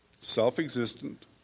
self-existent